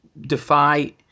defy